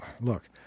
Look